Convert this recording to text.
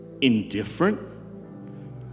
indifferent